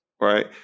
right